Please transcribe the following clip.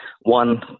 One